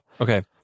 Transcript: Okay